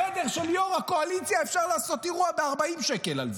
בחדר של יו"ר הקואליציה אפשר לעשות אירוע ב-40 שקל על זה,